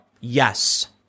yes